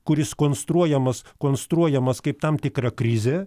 kuris konstruojamas konstruojamas kaip tam tikra krizė